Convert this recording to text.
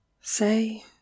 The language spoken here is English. Say